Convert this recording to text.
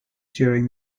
during